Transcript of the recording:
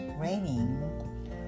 raining